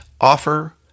offer